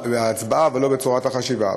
אבל לא בצורת החשיבה.